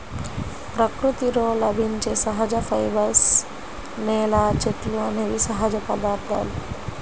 ప్రకృతిలో లభించే సహజ ఫైబర్స్, నేల, చెట్లు అనేవి సహజ పదార్థాలు